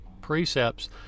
precepts